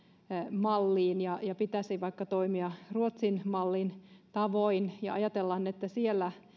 malliin ja ja pitäisi vaikka toimia ruotsin mallin tavoin ja ajatellaan että siellä